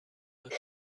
کنید